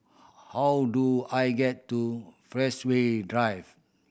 how do I get to Drive